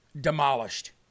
demolished